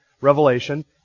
revelation